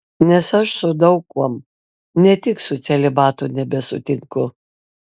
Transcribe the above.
nes aš su daug kuom ne tik su celibatu nebesutinku